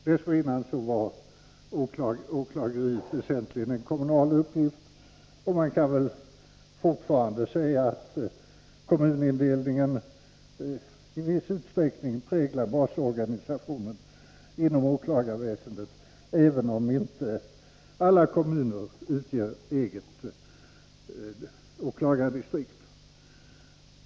Dessförinnan var åklageriet väsentligen en kommunal uppgift, och man kan väl fortfarande säga att kommunindelningen i viss utsträckning präglar basorganisationen inom åklagarväsendet, även om inte alla kommuner utgör eget åklagardistrikt.